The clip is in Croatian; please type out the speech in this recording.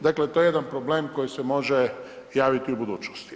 Dakle, to je jedan problem koji se može javiti u budućnosti.